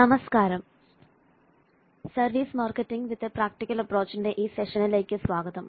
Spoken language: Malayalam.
നമസ്കാരം service marketing with a practical അപ്രോച്ചിന്റെ ഈ സെഷനിലേക്ക് സ്വാഗതം